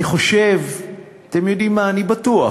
אני חושב, אתם יודעים מה, אני בטוח,